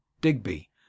Digby